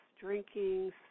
drinking